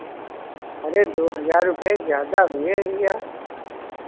अरे दो हज़ार रुपये ज़्यादा है भैया